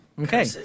Okay